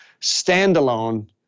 standalone